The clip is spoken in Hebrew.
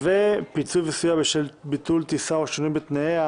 והצעת חוק שירותי תעופה (פיצוי וסיוע בשל ביטול טיסה או שינוי בתנאיה)